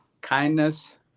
kindness